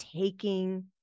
taking